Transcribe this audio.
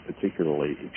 particularly